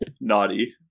naughty